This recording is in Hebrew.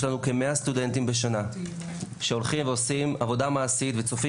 יש לנו כמאה סטודנטים בשנה שהולכים ועושים עבודה מעשית וצופים